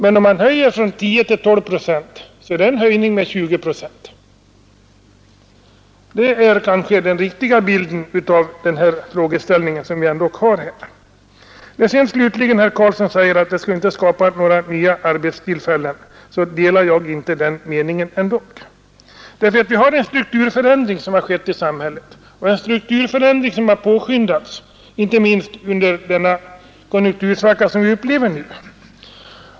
Men om man höjer från 10 till 12 procent är det en höjning med 20 procent. Det är kanske den riktiga bilden av den frågeställning som det här gäller. När slutligen herr Karlsson säger att detta vårt förslag inte skulle skapa några nya arbetstillfällen, så delar jag inte den meningen. Det har skett en strukturförändring i samhället, en strukturförändring som påskyndats inte minst under den konjunktursvacka som vi upplever nu.